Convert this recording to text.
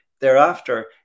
thereafter